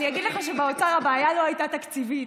אני אגיד לך שבאוצר הבעיה לא הייתה תקציבית.